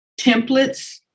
templates